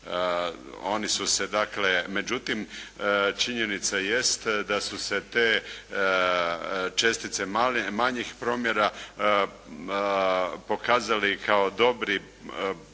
promjera. Međutim činjenica jest da su se te čestice manjih promjera pokazali kao dobri